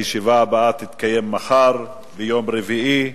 הישיבה הבאה תקיים מחר, יום רביעי,